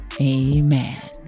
Amen